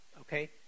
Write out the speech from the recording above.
Okay